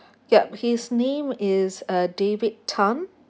yup his name is uh david tan